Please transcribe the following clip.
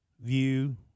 view